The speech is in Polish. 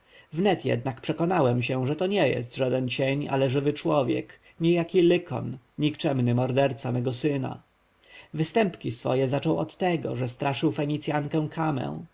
wnet jednak przekonałem się że to nie jest żaden cień ale żywy człowiek niejaki lykon nikczemny morderca mego syna występki swoje zaczął od tego że straszył fenicjankę kamę